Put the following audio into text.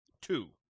Two